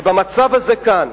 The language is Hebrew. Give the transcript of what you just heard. ובמצב הזה כאן,